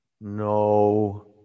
No